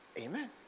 Amen